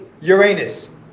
uranus